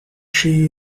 she